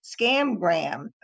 Scamgram